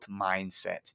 mindset